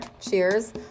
cheers